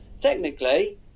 technically